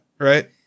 Right